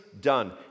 done